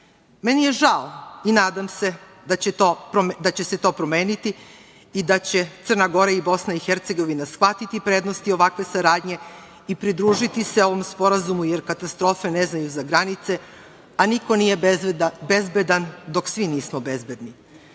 je žao i nadam se da će se to promeniti i da će Crna Gora i Bosna i Hercegovina shvatiti prednosti ovakve saradnje i pridružiti se ovom Sporazumu, jer katastrofe ne znaju za granice, a niko nije bezbedan dok svi nismo bezbedni. Setimo